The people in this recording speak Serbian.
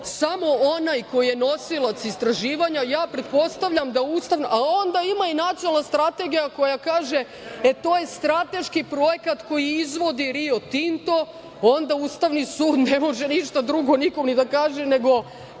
samo onaj koji je nosilac istraživanja, a onda ima i nacionalna strategija koja kaže – e to je strateški projekat koji izvodi Rio Tinto. Onda Ustavni sud ne može ništa drugo nikom ni da kaže, nego